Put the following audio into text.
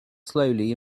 slowly